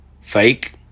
fake